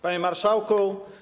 Panie Marszałku!